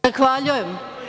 Zahvaljujem.